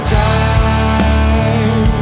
time